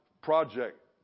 project